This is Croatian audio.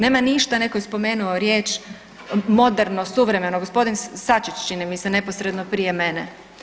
Nema ništa, neko je spomenuo riječ „moderno“, „suvremeno“, g. Sačić čini mi se neposredno prije mene.